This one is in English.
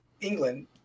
England